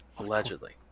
Allegedly